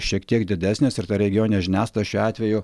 šiek tiek didesnis ir ta regioninė žiniasklaida šiuo atveju